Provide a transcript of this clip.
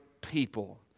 people